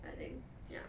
I think ya